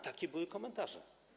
Takie były komentarze.